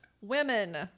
women